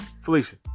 Felicia